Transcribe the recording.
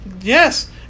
Yes